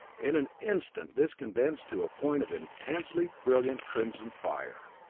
in an instant this condensed to a point of intensely brilliant crimson fire.